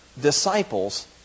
disciples